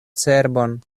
cerbon